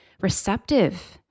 receptive